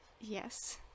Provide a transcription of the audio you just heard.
Yes